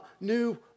new